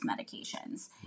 medications